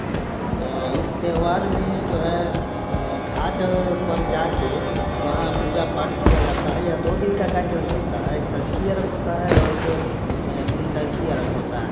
इस त्योहार में जो है घाट पर जाकर वहाँ पूजा पाठ किया जाता है यह दो दिन का कार्यक्रम चलता है एक संझकी अर्घ्य होता है एक भिनसरकी अर्घ्य होता है